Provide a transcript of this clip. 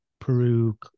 Peru